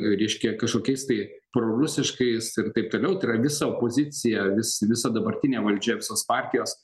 reiškia kažkokiais tai prorusiškais ir taip toliau tai yra visa opozicija vis visa dabartinė valdžia visos partijos